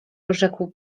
rzekł